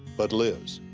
but lives.